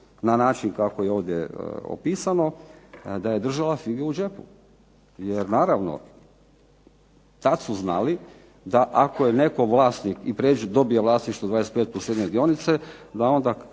na način kako je ovdje opisano, da je držala fige u džepu. Jer naravno tad su znali da ako je netko vlasnik i …/Ne razumije se./… dobije vlasništvo 25 plus jedne dionice, da onda